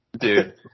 Dude